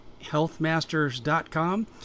Healthmasters.com